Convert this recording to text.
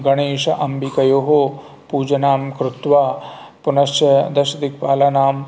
गणेश अम्बिकयोः पूजनं कृत्वा पुनश्च दशदिक्पालानां